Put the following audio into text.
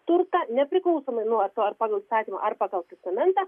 turtą nepriklausomai nuo to ar pagal įstatymą ar pagal testamentą